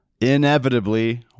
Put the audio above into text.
inevitably